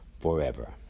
forever